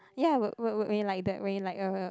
ya when you like the when you like uh